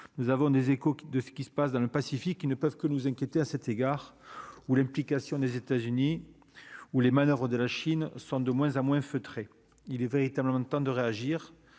nous avons des échos de ce qui se passe dans le Pacifique, ils ne peuvent que nous inquiéter, à cet égard, ou l'implication des États-Unis où les manoeuvres de la Chine sont de moins en moins feutrés, il est véritablement temps de réagir,